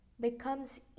becomes